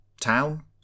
town